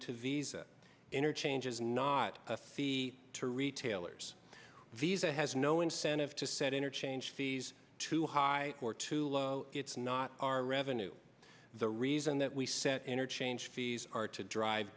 these interchange is not fee to retailers visa has no incentive to set interchange fees too high or too low it's not our revenue the reason that we set interchange fees are to drive